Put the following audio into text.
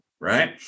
Right